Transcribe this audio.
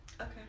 okay